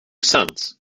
sons